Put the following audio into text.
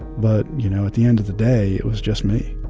but, you know, at the end of the day, it was just me